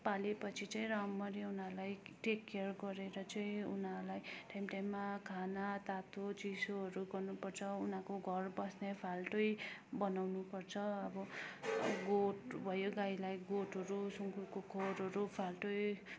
पालेपछि चाहिँ राम्ररी उनीहरूलाई टेक केयर गरेर चाहिँ उनीहरूलाई टाइम टाइममा खाना तातो चिसोहरू गर्नुपर्छ उनीहरूको घर बस्ने फाल्टै बनाउनुपर्छ अब गोठ भयो गाईलाई गोठहरू सुँगुरको खोरहरू फाल्टै